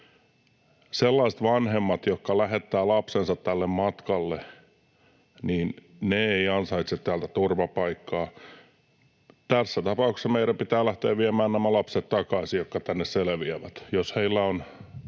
Sellaiset vanhemmat, jotka lähettävät lapsensa tälle matkalle, eivät ansaitse täältä turvapaikkaa. Tässä tapauksessa meidän pitää lähteä viemään takaisin nämä lapset, jotka tänne selviävät,